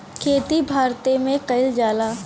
खेती भारते मे कइल जाला